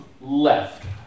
left